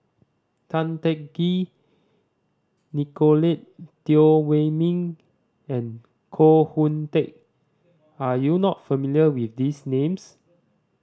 Tan Teng Kee Nicolette Teo Wei Min and Koh Hoon Teck are you not familiar with these names